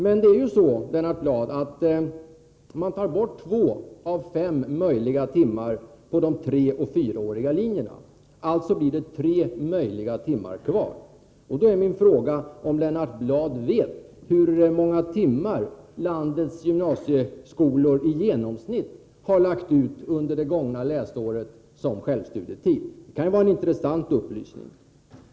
Man tar, Lennart Bladh, bort två av fem möjliga timmar på de treoch fyraåriga linjerna. Alltså blir det tre möjliga timmar kvar. Då är min fråga om Lennart Bladh vet hur många timmar landets gymnasieskolor under det gångna läsåret i genomsnitt har lagt ut som självstudietid. Det kan vara en intressant upplysning.